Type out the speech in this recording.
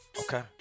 Okay